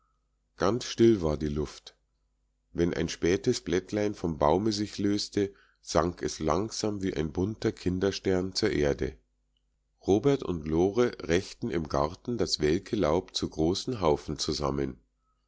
ganz still war die luft wenn ein spätes blättlein vom baume sich löste sank es langsam wie ein bunter kinderstern zur erde robert und lore rechten im garten das welke laub zu großen haufen zusammen